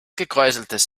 gekräuseltes